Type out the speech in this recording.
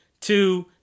two